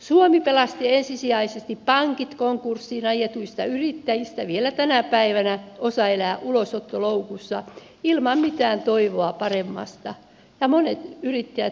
suomi pelasti ensisijaisesti pankit konkurssiin ajetuista yrittäjistä vielä tänä päivänä osa elää ulosottoloukussa ilman mitään toivoa paremmasta ja monet yrittäjät päätyvät itsemurhaan